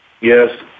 Yes